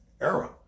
era